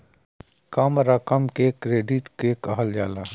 कम रकम के क्रेडिट के कहल जाला